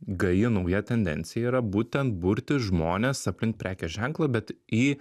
gaji nauja tendencija yra būtent burti žmones aplink prekės ženklą bet į